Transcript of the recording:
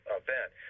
event